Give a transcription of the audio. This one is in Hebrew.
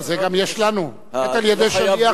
זה יש גם לנו: גט על-ידי שליח.